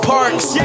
Parks